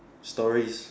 stories